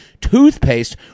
toothpaste